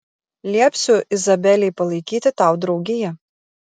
liepsiu izabelei palaikyti tau draugiją